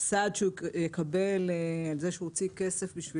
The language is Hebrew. הסעד שהוא יקבל על זה שהוא הוציא כסף בשביל